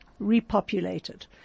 repopulated